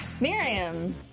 Miriam